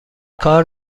کار